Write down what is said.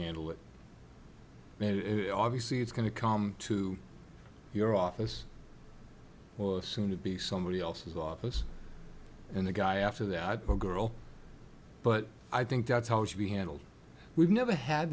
handle it obviously it's going to come to your office or soon to be somebody else's office and the guy after that girl but i think that's how it should be handled we've never had